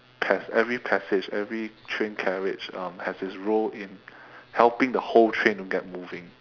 pass~ every passage every train carriage um has his role in helping the whole train to get moving